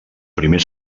primer